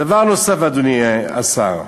דבר נוסף, אדוני השר,